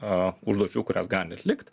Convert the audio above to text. a užduočių kurias gali atlikt